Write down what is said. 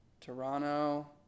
Toronto